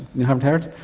you haven't heard?